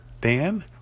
dan